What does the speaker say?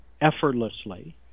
effortlessly